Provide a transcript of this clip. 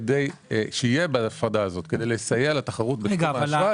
שיהיה בהפרדה הזאת כדי לסייע לתחרות בתחום האשראי .